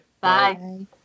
Bye